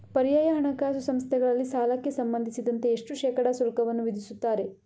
ಪರ್ಯಾಯ ಹಣಕಾಸು ಸಂಸ್ಥೆಗಳಲ್ಲಿ ಸಾಲಕ್ಕೆ ಸಂಬಂಧಿಸಿದಂತೆ ಎಷ್ಟು ಶೇಕಡಾ ಶುಲ್ಕವನ್ನು ವಿಧಿಸುತ್ತಾರೆ?